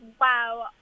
Wow